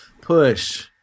push